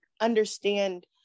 understand